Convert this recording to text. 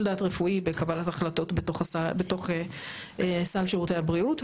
דעת רפואי בקבלת החלטות בתוך סל שירותי הבריאות,